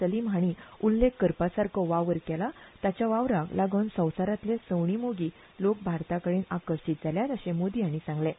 सलीम हांणी उल्लेख करपा सारको वावर केला तांच्या वावराक लागून संवसारांत सवणी मोगी लोक भारता कडेन आकर्शीत जाल्यात अशें मोदी हांणी सांगलें